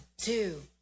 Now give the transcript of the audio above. two